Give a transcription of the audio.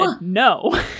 no